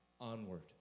onward